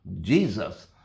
Jesus